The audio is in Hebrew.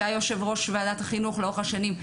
שהיה יושב ראש ועדת החינוך לאורך השנים,